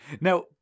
now